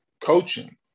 coaching